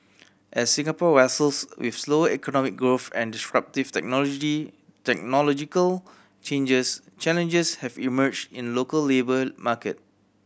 as Singapore wrestles with slower economic growth and disruptive technology technological changes challenges have emerged in local labour market